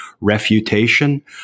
refutation